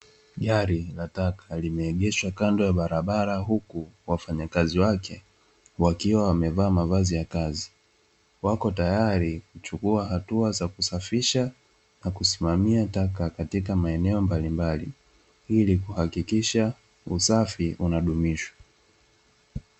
Gari la taka limeegeshwa kando ya barabara huku wafanya kazi wake wakiwa wamevaa mavazi ya kazi, wako tayari kuchukua hatua za kusafisha na kusimamia taka katika maeneo mbalimbali ili kuhakikisha usafi unadumishwa.